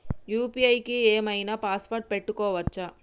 UPI కి ఏం ఐనా పాస్వర్డ్ పెట్టుకోవచ్చా?